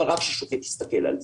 אבל רק ששופט יסתכל על זה.